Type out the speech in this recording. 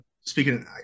speaking